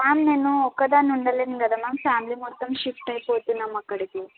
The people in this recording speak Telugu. మ్యామ్ నేను ఒక్క దాన్ని ఉండలేను కదా మ్యామ్ ఫ్యామిలీ మొత్తం షిఫ్ట్ అయిపోతున్నాం అక్కడికి